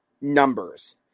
numbers